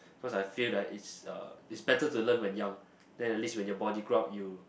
cause I feel like it's uh it's better to learn when young then at least when your body grow up you